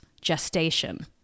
gestation